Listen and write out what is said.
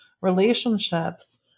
relationships